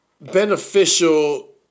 beneficial